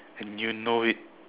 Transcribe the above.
and you know it